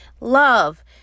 Love